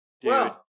dude